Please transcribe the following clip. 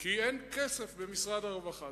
כי אין כסף במשרד הרווחה.